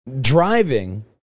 driving